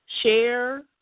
share